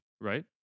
right